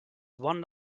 one